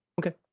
Okay